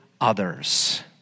others